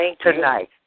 tonight